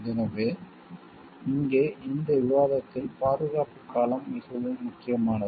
எனவே இங்கே இந்த விவாதத்தில் பாதுகாப்பு காலம் மிகவும் முக்கியமானது